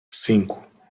cinco